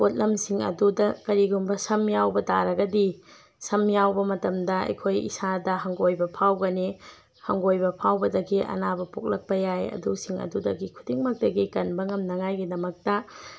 ꯄꯣꯠꯂꯝꯁꯤꯟ ꯑꯗꯨꯗ ꯀꯔꯤꯒꯨꯝꯕ ꯁꯝ ꯌꯥꯎꯕ ꯇꯥꯔꯒꯗꯤ ꯁꯝ ꯌꯥꯎꯕ ꯃꯇꯝꯗ ꯑꯩꯈꯣꯏ ꯏꯁꯥꯗ ꯍꯪꯒꯣꯏꯕ ꯐꯥꯎꯒꯅꯤ ꯍꯪꯒꯣꯏꯕ ꯐꯥꯎꯕꯗꯒꯤ ꯑꯅꯥꯕ ꯄꯣꯛꯂꯛꯄ ꯌꯥꯏ ꯑꯗꯨꯁꯤꯡ ꯑꯗꯨꯗꯒꯤ ꯈꯨꯗꯤꯡꯃꯛꯇꯒꯤ ꯀꯟꯕ ꯉꯝꯅꯉꯥꯏꯗꯃꯛꯇ